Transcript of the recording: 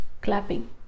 Clapping